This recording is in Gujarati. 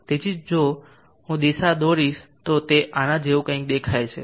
તેથી જો હું દિશા દોરીશ તો તે આના જેવું કંઈક દેખાય છે